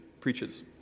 preaches